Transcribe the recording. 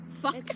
Fuck